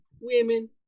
Women